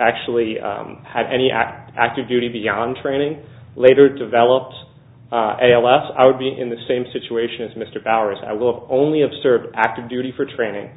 actually had any active duty beyond training later develops at ls i would be in the same situation as mr powers i will only observe active duty for training